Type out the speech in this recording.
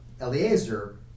Eliezer